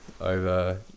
over